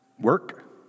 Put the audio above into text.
Work